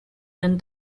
than